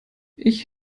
ich